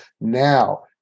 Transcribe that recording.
now